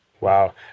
Wow